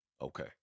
Okay